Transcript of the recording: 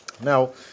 Now